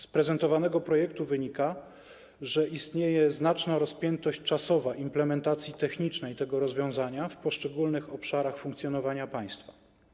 Z prezentowanego projektu wynika, że istnieje znaczna rozpiętość czasowa implementacji technicznej tego rozwiązania w poszczególnych obszarach funkcjonowania państwa.